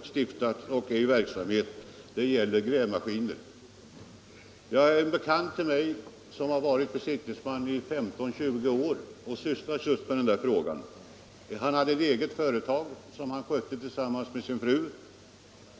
som redan är i verksamhet. En bekant till mig som varit besiktningsman i 15-20 år har sysslat just med åen här frågan. Han hade ett eget företag som han skötte tillsammans med sin fru.